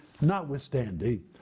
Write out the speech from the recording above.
notwithstanding